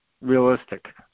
realistic